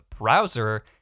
browser